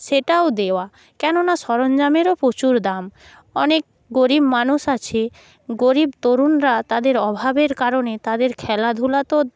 সেটাও দেওয়া কেননা সরঞ্জামেরও প্রচুর দাম অনেক গরীব মানুষ আছে গরীব তরুণরা তাদের অভাবের কারণে তাদের খেলাধুলা তো